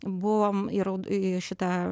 buvom į raud į šitą